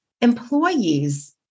employees